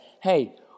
hey